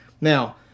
Now